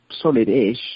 solid-ish